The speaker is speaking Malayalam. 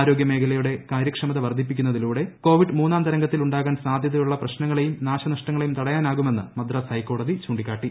ആരോഗ്യ മേഖലയുടെ കാര്യക്ഷമത വർധിപ്പിക്കുന്നതിലൂടെ കോവിഡ് മൂന്നാം തരംഗത്തിൽ ഉണ്ടാക്കാൻ സാധൃതയുള്ള പ്രശ്നങ്ങളെയും നാശനഷ്ടങ്ങളെയും തടയാനാകുമെന്നു മദ്രാസ് ഹൈക്കോടതി ചൂണ്ടിക്കാട്ടി